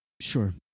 Sure